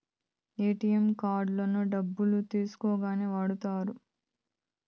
ATM కార్డులను డబ్బులు తీసుకోనీకి వాడుతారు